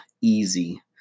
easy